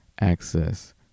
access